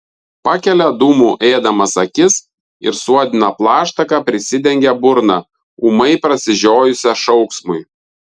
pakelia dūmų ėdamas akis ir suodina plaštaka prisidengia burną ūmai prasižiojusią šauksmui